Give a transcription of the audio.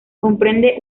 comprende